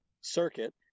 circuit